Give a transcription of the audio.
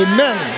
Amen